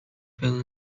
fell